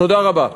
תודה רבה.